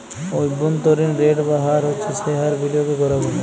অব্ভন্তরীন রেট বা হার হচ্ছ যেই হার বিলিয়গে করাক হ্যয়